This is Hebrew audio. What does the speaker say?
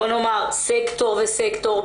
בוא נומר סקטור וסקטור,